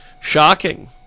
shocking